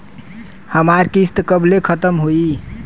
हमार किस्त कब ले खतम होई?